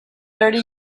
thirty